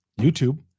YouTube